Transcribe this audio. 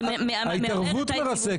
זה מערער את ה- -- ההתערבות מרסקת,